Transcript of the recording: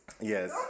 Yes